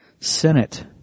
Senate